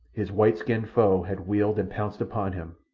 his white-skinned foe had wheeled and pounced upon him,